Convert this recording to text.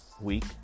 week